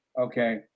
Okay